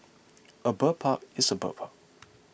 a bird park is a bird park